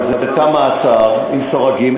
זה תא מעצר עם סורגים.